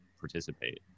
participate